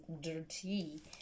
dirty